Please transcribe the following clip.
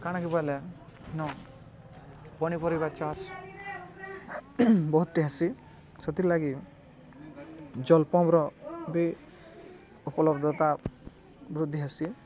କାଣାକିି ବୋଇଲେ ଇନ ପନିପରିବା ଚାଷ ବହୁତ୍ଟି ହେସି ସେଥିର୍ଲାଗି ଜଲ୍ ପମ୍ପ୍ର ବି ଉପଲବ୍ଧତା ବୃଦ୍ଧି ହେସି